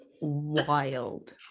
wild